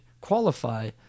qualify